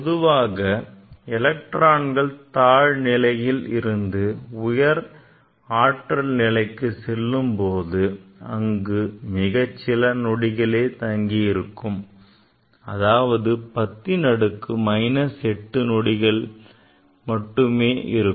பொதுவாக எலக்ட்ரான்கள் தாழ்ஆற்றல் நிலையில் இருந்து உயர் ஆற்றல் நிலைக்கு செல்லும் போது அங்கு மிகச்சில நொடிகளே தங்கியிருக்கும் அதாவது பத்தின் அடுக்கு 8 நொடிகளே இருக்கும்